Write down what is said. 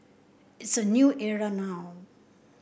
it's a new era now